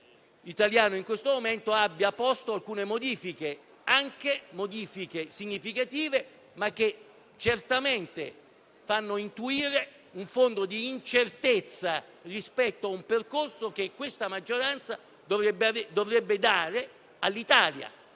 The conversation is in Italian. italiano abbiano posto alcune modifiche, anche significative, che certamente fanno intuire un fondo di incertezza rispetto al percorso che la maggioranza dovrebbe dare all'Italia.